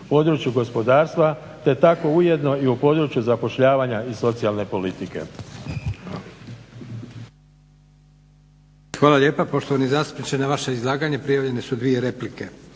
području gospodarstva, te tako ujedno i u području zapošljavanja i socijalne politike.